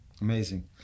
Amazing